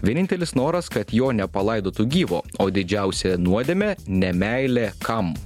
vienintelis noras kad jo nepalaidotų gyvo o didžiausia nuodėmė ne meilė kam